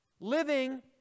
Living